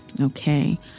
Okay